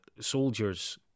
soldiers